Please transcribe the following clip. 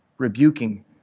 rebuking